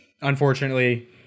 unfortunately